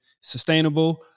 sustainable